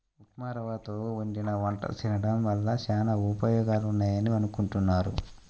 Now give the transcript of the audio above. ఉప్మారవ్వతో వండిన వంటలు తినడం వల్ల చానా ఉపయోగాలున్నాయని అనుకుంటున్నారు